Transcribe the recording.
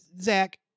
Zach